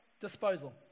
disposal